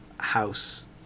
house